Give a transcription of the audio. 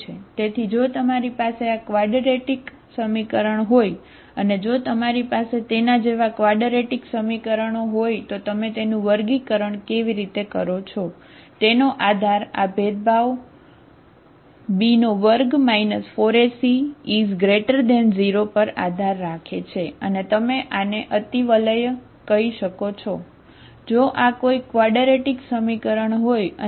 તેથી જો તમારી પાસે આ ક્વાડરેટિક સમીકરણ હોય અને જો તમારી પાસે તેના જેવા ક્વાડરેટિક સમીકરણો હોય તો તમે તેનું વર્ગીકરણ કેવી રીતે કરો છો તેનો આધાર આ ભેદભાવ b2 4ac0 પર આધાર રાખે છે અને તમે આને અતિવલય હોય છે